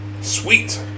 Sweet